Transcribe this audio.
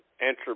answer